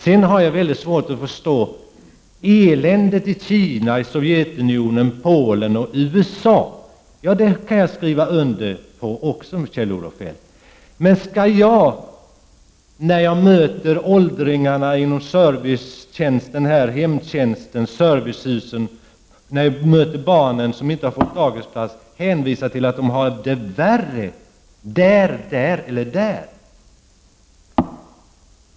Jag har inte svårt att förstå talet om eländet i Kina, i Sovjetunionen, i Polen och i USA. Också jag kan skriva under på det, Kjell-Olof Feldt, men skall jag när det gäller åldringarna i hemtjänsten och på servicehusen och när det gäller barnen som inte får dagisplats hänvisa till att man har det värre på andra håll?